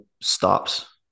stops